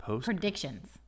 predictions